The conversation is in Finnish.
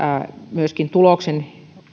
tuloksen